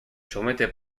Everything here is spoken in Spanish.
somete